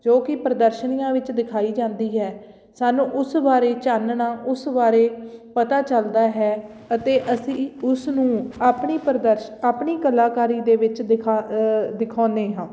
ਜੋ ਕਿ ਪ੍ਰਦਰਸ਼ਨੀਆਂ ਵਿੱਚ ਦਿਖਾਈ ਜਾਂਦੀ ਹੈ ਸਾਨੂੰ ਉਸ ਬਾਰੇ ਚਾਨਣਾ ਉਸ ਬਾਰੇ ਪਤਾ ਚੱਲਦਾ ਹੈ ਅਤੇ ਅਸੀਂ ਉਸ ਨੂੰ ਆਪਣੀ ਪ੍ਰਦਰਸ਼ ਆਪਣੀ ਕਲਾਕਾਰੀ ਦੇ ਵਿੱਚ ਦਿਖਾ ਦਿਖਾਉਂਦੇ ਹਾਂ